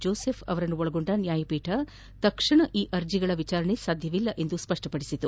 Joseph ಅವರನ್ನೊಳಗೊಂಡ ನ್ನಾಯಪೀಠ ತಕ್ಷಣವೇ ಅರ್ಜಿ ವಿಚಾರಣೆ ಸಾಧ್ಯವಿಲ್ಲವೆಂದು ಹೇಳಿದೆ